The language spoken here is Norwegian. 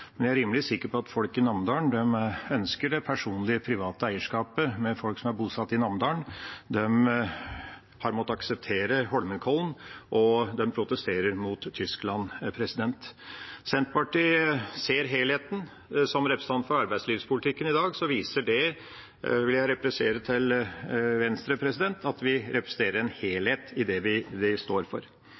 Jeg er rimelig sikker på at folk i Namdalen ønsker det personlige private eierskapet, men folk som er bosatt i Namdalen, har måttet akseptere Holmenkollen, og de protesterer mot Tyskland. Senterpartiet ser helheten. Som representant for arbeidslivspolitikken i dag viser det – vil jeg replisere til Venstre – at vi representerer en helhet i det vi står for. EØS er blitt en tvangstrøye, Brussel overkjører Stortinget. Senterpartiet vil gjøre Stortinget mye viktigere for